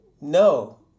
no